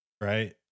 Right